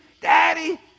Daddy